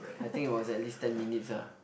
I think it was at least ten minutes ah